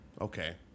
Okay